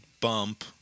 Bump